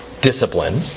discipline